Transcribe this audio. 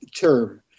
term